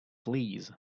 fleas